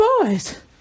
boys